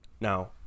Now